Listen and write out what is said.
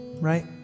right